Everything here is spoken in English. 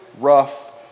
rough